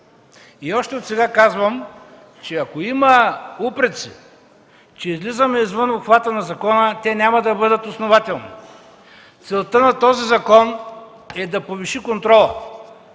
Още отсега казвам, че ако има упреци, че излизаме извън обхвата на закона, те няма да бъдат основателни. Целта на този закон е да повиши контрола.